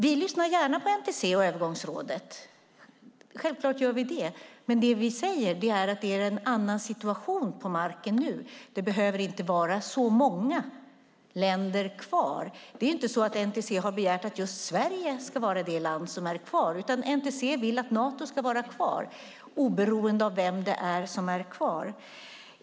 Vi lyssnar gärna på NTC och övergångsrådet - självklart gör vi det. Men det vi säger är att det är en annan situation på marken nu. Det behöver inte vara så många länder kvar. Det är inte så att NTC har begärt att just Sverige ska vara det land som är kvar, utan NTC vill att Nato ska vara kvar - oberoende av vem det är som är kvar.